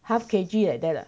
half K_G like that ah